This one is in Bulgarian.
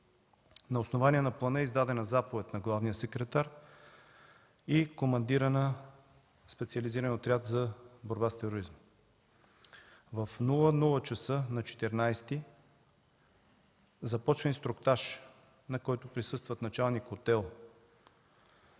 На основание на плана е издадена заповед на главния секретар и командира на Специализирания отряд за борба с тероризма. В 00,00 ч. на 14 март започва инструктаж, на който присъстват началник-отдел